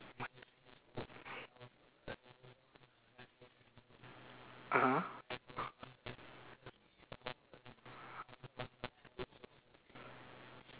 (uh huh)